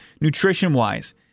nutrition-wise